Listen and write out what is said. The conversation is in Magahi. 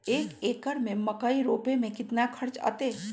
एक एकर में मकई रोपे में कितना खर्च अतै?